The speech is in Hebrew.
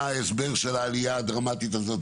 מה ההסבר של העלייה הדרמטית הזאת